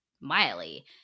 Miley